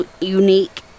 unique